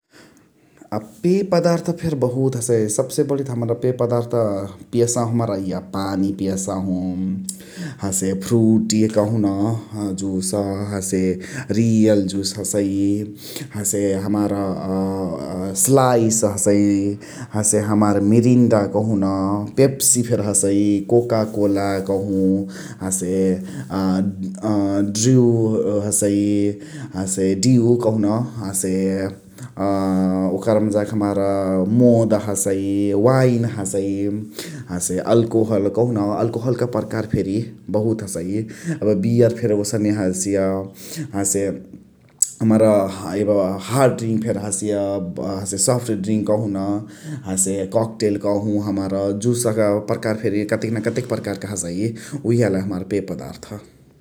अ पेय पदार्थ त बहुत हसै । सबसे बण्ही त हमरा पेय पदार्थ पियसाहु इअ पानी पियसाहु हसे फ्रूटी कहु न जुस । हसे रियल जुस हसइ हसे हमार अ स्लाईस हसइ । हसे हमार मिरिन्डा कहुन पेप्सी फेरी हसइ कोका कोला कहु । हसे अ हसै दिउ कहुन । अ ओकरमा जाके हमार मोद हसइ वाइन हसइ । हसे अल्कोहल कहोन अल्कोहल क प्रकार फेरी बहुत हसइ । एबे बियर फेरी ओसने हसिय । हसे हमार एब हर्ड ड्रीन्क हसिय हसे सफ्ट ड्रीन्क कहुन । हसे ककटेल कहु । हमरा जुस क प्रकार फेरी कतेन कते हसइ । उहे हलइ हमार पेय पदार्थ ।